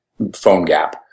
PhoneGap